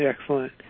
excellent